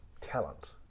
talent